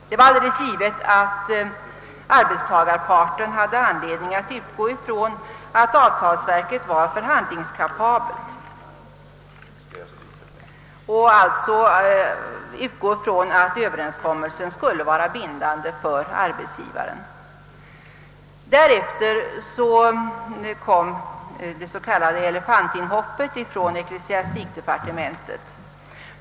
Arbetstagarparten hade givetvis anledning utgå från att avtalsverket var förhandlingskapabelt och att överenskommelsen alltså skulle vara bindande för arbetsgivaren. Därefter kom det s.k. elefantinhoppet från ecklesiastikdepartementet.